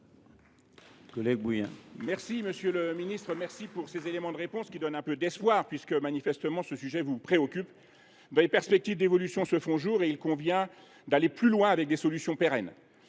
Monsieur le ministre, je vous remercie de ces éléments de réponse, qui me donnent un peu d’espoir. Manifestement, le sujet vous préoccupe. Les perspectives d’évolution se font jour. Il convient d’aller plus loin, avec des solutions pérennes.